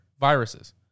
viruses